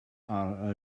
are